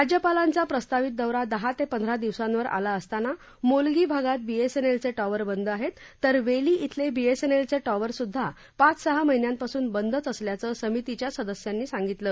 राज्यपालांचा प्रस्तावित दौरा दहा ते पंधरा दिवसांवर आला असतांना मोलगी भागात बीएसएनलये टॉवर बंद आहेत तर वेली इथले बीएसएनएलचे टॉवरसुदधा पाच सहा महिन्यांपासून बंदच असल्याचं समितीच्या सदस्यांनी सांगीतलं